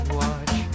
watch